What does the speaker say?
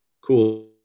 cool